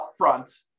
upfront